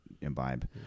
imbibe